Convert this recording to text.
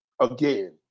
Again